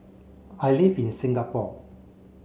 I live in Singapore